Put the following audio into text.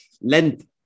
length